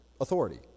authority